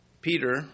Peter